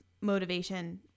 motivation